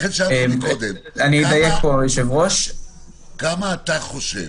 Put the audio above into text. לכן שאלתי מקודם כמה אתה חושב,